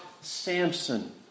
Samson